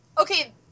okay